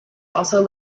also